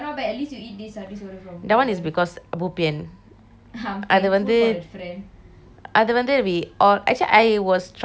that one is because bo pian அது வந்து அது வந்து:athu vanthu athu vanthu we all actually I was trying to avoid them not to go there